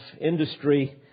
industry